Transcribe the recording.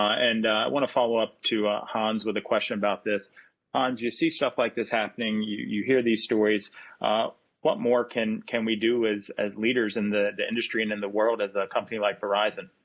i and want to follow-up to hans with a question about this um you see stuff like this happening you you hear these stories what more can can we do as as leaders in the industry and in the world as a company like verizon?